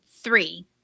three